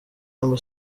amb